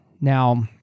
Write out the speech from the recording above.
Now